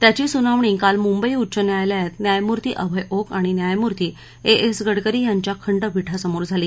त्याची सुनावणी काल मुंबई उच्च न्यायालयात न्यायमूर्ती अभय ओक आणि न्यायमूर्ती ए एस गडकरी यांच्या खंडपीठासमोर झाली